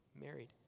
married